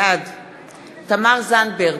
בעד תמר זנדברג,